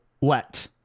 let